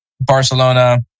Barcelona